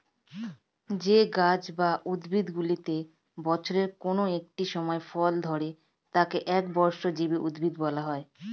যেই গাছ বা উদ্ভিদগুলিতে বছরের কোন একটি সময় ফল ধরে তাদের একবর্ষজীবী উদ্ভিদ বলা হয়